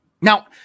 Now